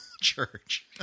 church